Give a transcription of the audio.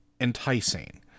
enticing